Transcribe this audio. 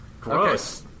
Gross